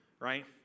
right